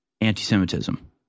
anti-Semitism